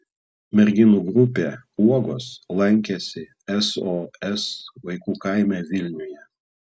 merginų grupė uogos lankėsi sos vaikų kaime vilniuje